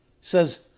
Says